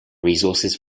resources